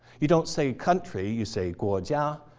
you don't say country. you say, guojia.